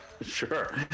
sure